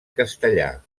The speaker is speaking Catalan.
castellar